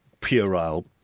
puerile